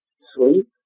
sleep